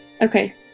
Okay